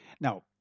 now